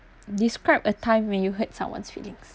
describe a time when you hurt someone's feelings